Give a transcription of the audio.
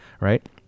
right